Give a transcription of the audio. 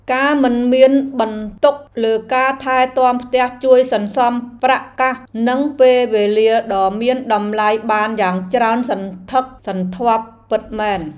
ការមិនមានបន្ទុកលើការថែទាំផ្ទះជួយសន្សំប្រាក់កាសនិងពេលវេលាដ៏មានតម្លៃបានយ៉ាងច្រើនសន្ធឹកសន្ធាប់ពិតមែន។